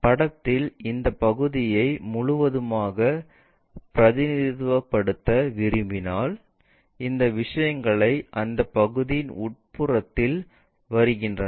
படத்தில் இந்த பகுதியை முழுவதுமாக பிரதிநிதித்துவப்படுத்த விரும்பினால் இந்த விஷயங்கள் அந்த பொருளின் உட்புறத்தில் வருகின்றன